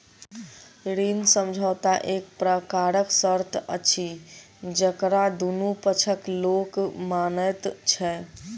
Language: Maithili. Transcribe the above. ऋण समझौता एक प्रकारक शर्त अछि जकरा दुनू पक्षक लोक मानैत छै